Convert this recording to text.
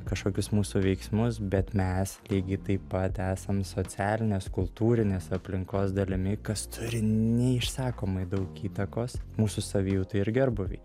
kažkokius mūsų veiksmus bet mes lygiai taip pat esam socialinės kultūrinės aplinkos dalimi kas turi neišsakomai daug įtakos mūsų savijautai ir gerbūviui